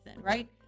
right